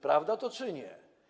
Prawda to czy nie?